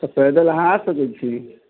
तऽ पैदल अहाँ आ सकै छी